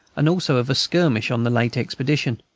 and also of a skirmish on the late expedition.